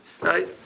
right